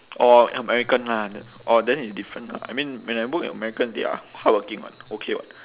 orh american lah orh then it's different lah I mean when I work with americans they are hardworking [what] okay [what]